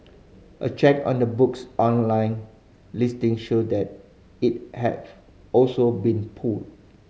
a check on the book's online listing showed that it has also been pulled